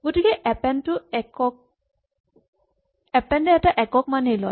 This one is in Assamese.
গতিকে এপেন্ড এটা একক মানেই লয়